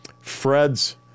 Fred's